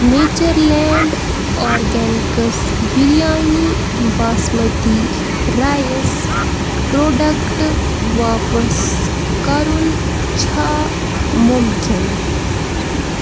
nature land organics biryani basmati rice product واپس کَرُن چھا مُمکِن